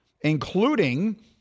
including